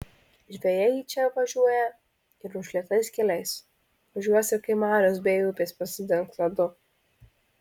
žvejai į čia važiuoja ir užlietais keliais važiuos ir kai marios bei upės pasidengs ledu